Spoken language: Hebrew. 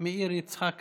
מאיר יצחק הלוי.